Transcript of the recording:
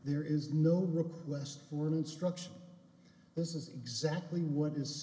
there is no request for an instruction this is exactly what is